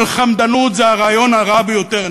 אבל חמדנות זה הרעיון הרע ביותר.